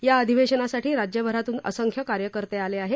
या अधिवेशनासाठी राज्यभरातून असंख्य कार्यकर्ते आले आहेत